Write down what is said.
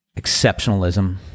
exceptionalism